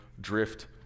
drift